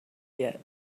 yet